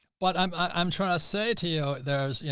but, um, i'm trying to say to you, there's, you